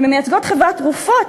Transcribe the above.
אם הן מייצגות חברת תרופות,